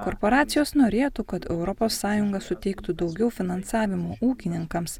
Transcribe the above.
korporacijos norėtų kad europos sąjunga suteiktų daugiau finansavimo ūkininkams